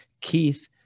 Keith